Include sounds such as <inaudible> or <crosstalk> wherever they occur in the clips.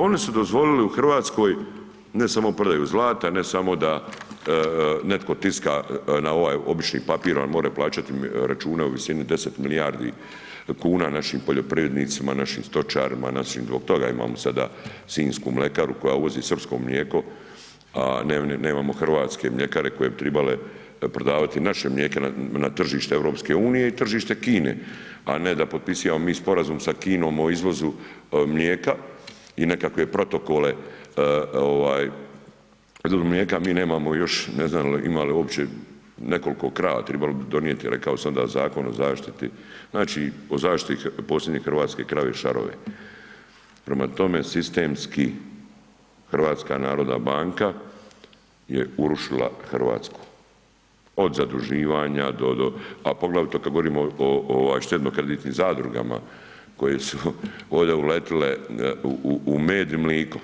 Oni su dozvolili u Hrvatskoj ne samo prodaju zlata, ne samo da netko tiska na ovaj običan papir, ... <unintelligible> plaćati račune u visini deset milijardi kuna našim poljoprivrednicima, našim stočarima, zbog toga imamo sada Sinjsku mlekaru koja uvozi srpsko mlijeko, a nemamo hrvatske mljekare koje bi tribale prodavati naša mlijeka na tržište Europske unije i tržište Kine, a na da potpisivamo mi sporazum sa Kinom o izvozu mlijeka, i nekakve protokole, ... <unintelligible> mlijeka, mi nemamo još ne znam ima li uopće nekol'ko krava, tribalo bi donijeti, rekao sam da Zakon o zaštiti, znači o zaštiti posebnih hrvatskih krave ... <unintelligible> Prema tome sistemski Hrvatska narodna banka je urušila Hrvatsku, od zaduživanja do do, a poglavito kad govorimo o štedno kreditnim zadrugama koje su ovdje uletile u med i mliko,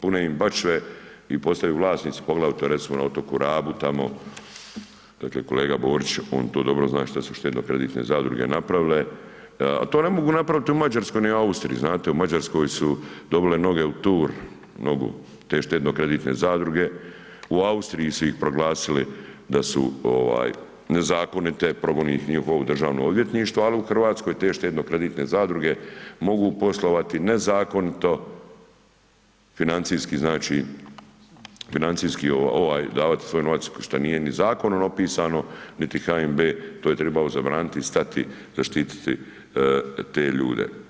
pune im bačve i postaju vlasnici poglavito recimo na otoku Rabu tamo, dakle kolega Borić, on to dobro zna što su štedno kreditne zadruge napravile, al' to ne mogu napraviti u Mađarskoj ni Austriji, znate u Mađarskoj su dobile noge u tur, nogu, te štedno kreditne zadruge, u Austriji su ih proglasili da su ovaj nezakonite, progoni ih njihovo državno odvjetništvo, ali u Hrvatskoj te štedno kreditne zadruge mogu poslovati nezakonito, financijski znači, financijski ovaj davat svoj novac šta nije ni zakonom opisan, niti HNB, to je tribao zabraniti i stati, zaštititi te ljude.